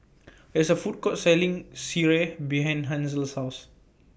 There IS A Food Court Selling Sireh behind Hansel's House